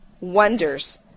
wonders